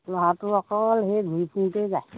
ল'ৰাটো অকল সেই ঘূৰি ফুৰোতে যায়